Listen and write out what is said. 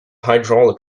hydraulic